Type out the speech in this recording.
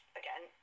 again